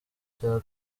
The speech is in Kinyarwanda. bya